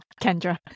Kendra